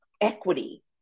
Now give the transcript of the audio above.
equity